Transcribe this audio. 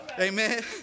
Amen